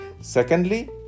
Secondly